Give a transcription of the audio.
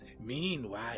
Meanwhile